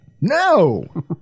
No